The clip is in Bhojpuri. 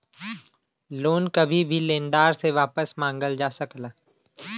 लोन कभी भी लेनदार से वापस मंगल जा सकला